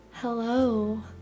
Hello